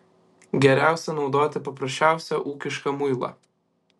geriausia naudoti paprasčiausią ūkišką muilą